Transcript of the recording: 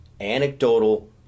anecdotal